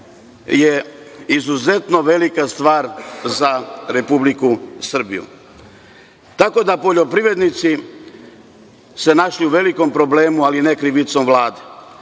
je izuzetno velika stvar za Republiku Srbiju. Tako da, poljoprivrednici su se našli u velikom problemu, ali ne krivicom Vlade. Šta